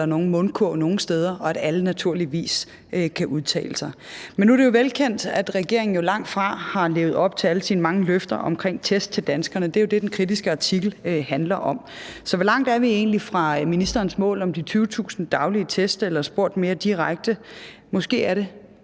nogen steder, og at alle naturligvis kan udtale sig. Men nu er det jo velkendt, at regeringen langtfra har levet op til alle sine mange løfter om test til danskerne. Det er jo det, den kritiske artikel handler om. Så hvor langt er vi egentlig fra ministerens mål om de 20.000 daglige test? Eller sagt mere direkte: Måske er det